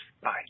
Bye